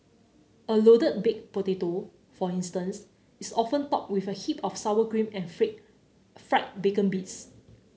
a loaded baked potato for instance is often topped with a heap of sour cream and freak fried bacon bits